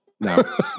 No